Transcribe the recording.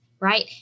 Right